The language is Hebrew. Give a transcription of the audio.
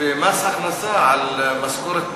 ומס הכנסה על משכורת,